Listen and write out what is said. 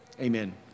Amen